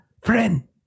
friend